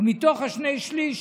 ומתוך השני שלישים,